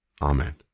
Amen